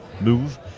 move